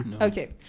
Okay